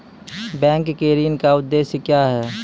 Bank के ऋण का उद्देश्य क्या हैं?